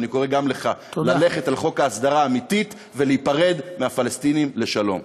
אני קורא גם לך ללכת לחוק ההסדרה האמיתית ולהיפרד מהפלסטינים לשלום.